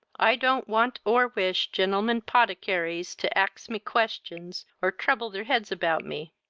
i don't want or wish gentlemen poticarys to ax me questions, or trouble their heads about me.